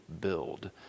build